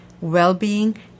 well-being